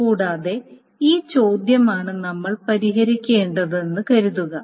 കൂടാതെ ഈ ചോദ്യമാണ് നമ്മൾ പരിഹരിക്കേണ്ടതെന്ന് കരുതുക